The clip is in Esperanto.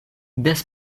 des